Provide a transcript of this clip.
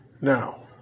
Now